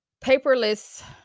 paperless